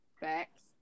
Facts